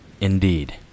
Indeed